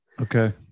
okay